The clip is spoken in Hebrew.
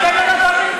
אתם לא נתתם כלום.